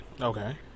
Okay